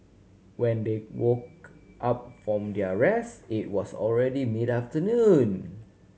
when they woke up from their rest it was already mid afternoon